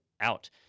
out